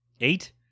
Eight